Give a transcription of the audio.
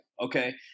okay